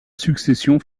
succession